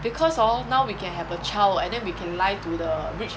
because hor now we can have a child and then we can lie to the rich